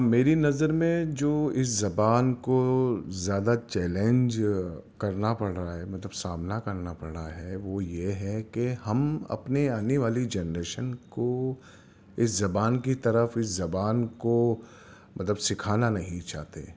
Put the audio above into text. میری نظر میں جو اس زبان کو زیادہ چیلنج کرنا پڑ رہا ہے مطلب سامنا کرنا پڑا ہے وہ یہ ہے کہ ہم اپنے آنے والی جنریشن کو اس زبان کی طرف اس زبان کو مطلب سکھانا نہیں چاہتے